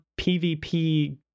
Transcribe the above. PVP